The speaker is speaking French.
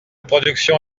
production